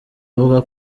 avuga